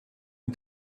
you